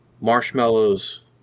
marshmallows